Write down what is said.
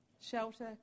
Shelter